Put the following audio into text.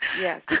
yes